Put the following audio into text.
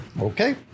Okay